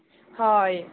হয়